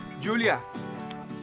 Julia